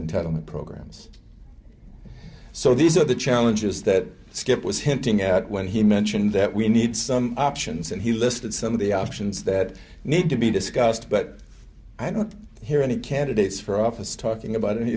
total programs so these are the challenges that skip was hinting at when he mentioned that we need some options and he listed some of the options that need to be discussed but i don't hear any candidates for office talking about any